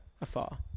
afar